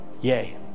Yay